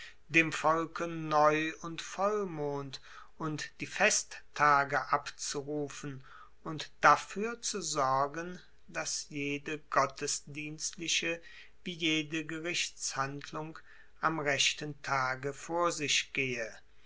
dem volke neu und vollmond und die festtage abzurufen und dafuer zu sorgen dass jede gottesdienstliche wie jede gerichtshandlung am rechten tage vor sich gehe